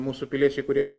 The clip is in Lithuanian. mūsų piliečiai kurie